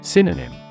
Synonym